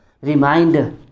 Reminder